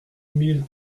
mille